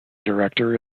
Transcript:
director